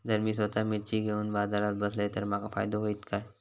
जर मी स्वतः मिर्ची घेवून बाजारात बसलय तर माका फायदो होयत काय?